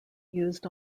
used